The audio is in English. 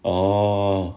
orh